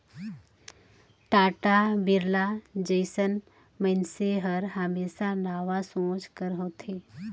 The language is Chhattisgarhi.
टाटा, बिरला जइसन मइनसे हर हमेसा नावा सोंच कर होथे